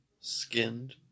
skinned